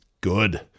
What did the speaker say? good